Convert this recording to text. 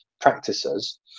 practices